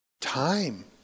Time